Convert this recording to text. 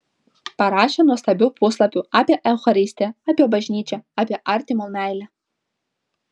parašė nuostabių puslapių apie eucharistiją apie bažnyčią apie artimo meilę